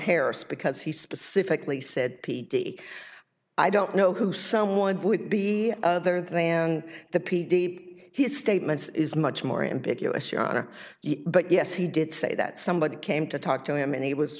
harris because he specifically said petey i don't know who someone would be other than the p d p his statements is much more ambiguous yana but yes he did say that somebody came to talk to him and he was